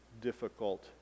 difficult